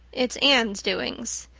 it's anne's doings,